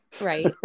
right